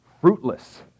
fruitless